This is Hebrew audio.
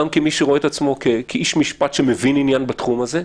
גם כמי שרואה את עצמו כאיש משפט שמבין עניין בתחום הזה,